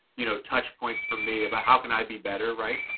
you know, touch points for me about how can i be better, right?